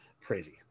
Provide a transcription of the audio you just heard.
crazy